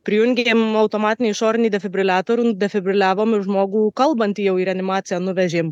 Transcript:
prijungėm automatinį išorinį defibriliatorių defibriliavom ir žmogų kalbantį jau į reanimaciją nuvežėme